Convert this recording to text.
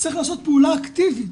צריך לעשות פעולה אקטיבית.